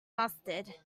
mustard